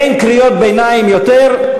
אין קריאות ביניים יותר.